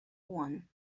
one